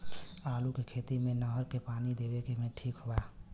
आलू के खेती मे नहर से पानी देवे मे ठीक बा?